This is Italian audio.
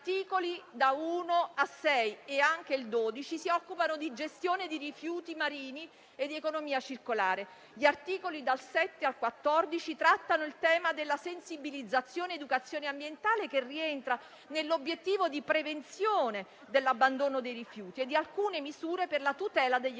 Gli articoli da 1 a 6 e il 12 si occupano di gestione di rifiuti marini e di economia circolare; gli articoli dal 7 al 14 trattano il tema della sensibilizzazione all'educazione ambientale, che rientra nell'obiettivo di prevenzione dell'abbandono dei rifiuti e di alcune misure per la tutela degli ecosistemi